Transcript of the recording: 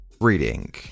reading